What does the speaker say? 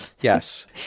yes